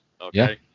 Okay